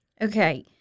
Okay